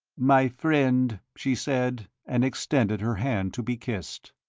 my friend! she said, and extended her hand to be kissed.